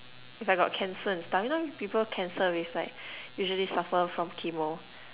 if I got cancer and stuff you know if people cancer will like usually suffer from chemo